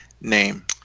name